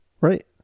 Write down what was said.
Right